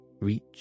reach